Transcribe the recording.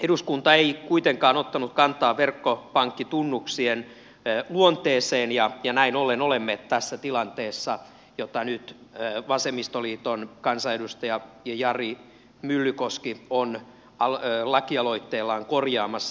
eduskunta ei kuitenkaan ottanut kantaa verkkopankkitunnuksien luonteeseen ja näin ollen olemme tässä tilanteessa jota nyt vasemmistoliiton kansanedustaja jari myllykoski on lakialoitteellaan korjaamassa